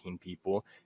people